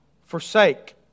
Forsake